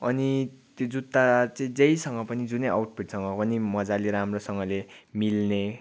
अनि त्यो जुत्ता चाहिँ जेसँग पनि जुनै आउटफिटसँग पनि मज्जाले राम्रोसँगले मिल्ने